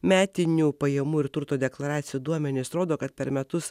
metinių pajamų ir turto deklaracijų duomenys rodo kad per metus